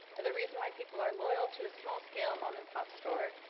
the reason why people are loyal to a small scale mom and pop store,